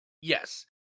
Yes